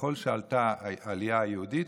ככל שעלתה העלייה היהודית,